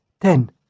Ten